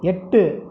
எட்டு